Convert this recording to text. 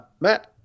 Matt